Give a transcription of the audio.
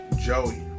Joey